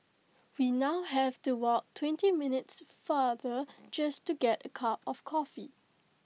we now have to walk twenty minutes farther just to get A cup of coffee